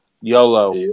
YOLO